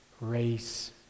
race